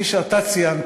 כפי שאתה ציינת,